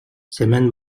сэмэн